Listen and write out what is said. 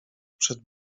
przed